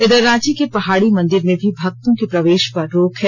इधर रांची के पहाड़ी मंदिर में भी भक्तों के प्रवेष पर रोक है